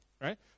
right